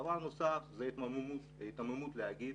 דבר נוסף, זה היתממות להגיד